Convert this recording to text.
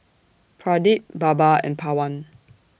Pradip Baba and Pawan